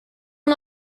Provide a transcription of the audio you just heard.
own